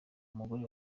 umugore